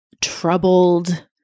troubled